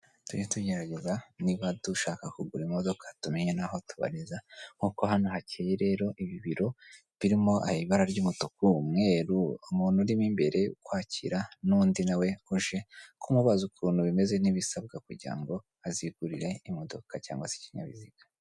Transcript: Tujye tugerageza niba dushaka kugura imodoka tumenye n'aho tubariza, nkuko hano hakeye rero, ibi biro birimo ibara ry'umutuku, umweru, umuntu urimo imbere ukwakira n'undi na we uje kumubaza ukuntu bimeze n'ibisabwa kugira ngo azigurire imodoka cyangwag se ikinyabiziga.